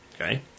okay